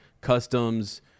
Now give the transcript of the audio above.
customs